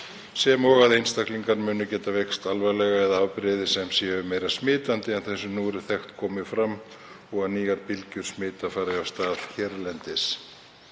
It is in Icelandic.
sem og að einstaklingar muni geta veikst alvarlega eða að afbrigði sem er meira smitandi en þau sem nú eru þekkt komi fram og nýjar bylgjur smita fari af stað hérlendis.